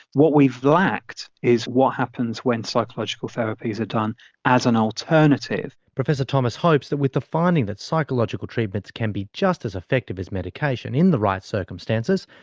what we have lacked is what happens when psychological therapies are done as an alternative. professor thomas hopes that with the finding that psychological treatments can be just as effective as medication in the right circumstances,